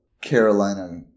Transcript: Carolina